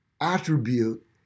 attribute